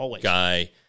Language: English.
guy